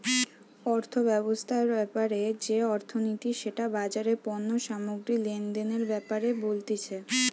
অর্থব্যবস্থা ব্যাপারে যে অর্থনীতি সেটা বাজারে পণ্য সামগ্রী লেনদেনের ব্যাপারে বলতিছে